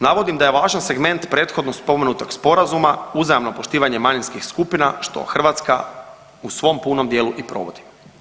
Navodim da je važan segment prethodno spomenutog sporazuma uzajamno poštivanje manjinskih skupina što Hrvatska u svom punom dijelu i provodi.